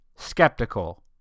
Skeptical